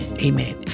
amen